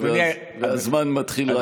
הזמן מתחיל רק עכשיו.